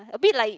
a bit like